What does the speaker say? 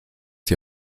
die